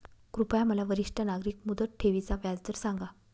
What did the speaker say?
कृपया मला वरिष्ठ नागरिक मुदत ठेवी चा व्याजदर सांगा